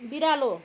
बिरालो